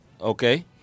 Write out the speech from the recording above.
Okay